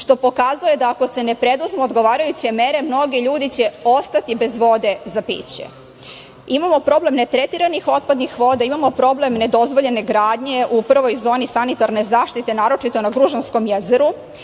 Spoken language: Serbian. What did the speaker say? što pokazuje da ako se ne preduzmu odgovarajuće mere mnogi ljudi će ostati bez vode za piće. Imamo problem netretiranih otpadnih voda, imamo problem nedozvoljene gradnje u prvoj zoni sanitarne zaštite, naročito na Gružanskom jezeru,